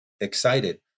excited